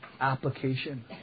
application